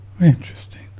Interesting